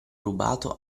rubato